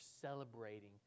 celebrating